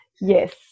yes